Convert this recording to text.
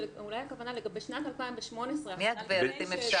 שאולי הכוונה לגבי שנת 2018 -- מי הגברת אם אפשר?